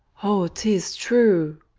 o, tis true!